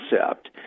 concept